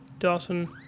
Dawson